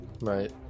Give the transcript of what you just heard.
right